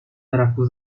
raku